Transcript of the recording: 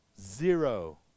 zero